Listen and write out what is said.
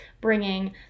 bringing